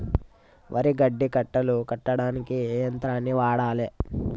వరి గడ్డి కట్టలు కట్టడానికి ఏ యంత్రాన్ని వాడాలే?